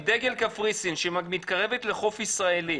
עם דגל קפריסין שמתקרבת לחוף ישראלי,